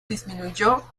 disminuyó